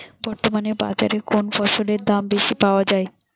বর্তমান বাজারে কোন ফসলের দাম বেশি পাওয়া য়ায়?